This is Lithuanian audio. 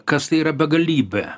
kas tai yra begalybė